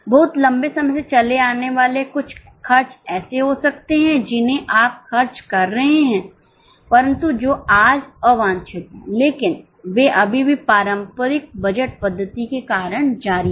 बहुत लंबे समय से चले आने वाले कुछ खर्च ऐसे हो सकते हैं जिन्हें आप खर्च कर रहे हैं परंतु जो आज अवांछित हैं लेकिन वे अभी भी पारंपरिक बजट पद्धति के कारण जारी हैं